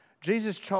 Jesus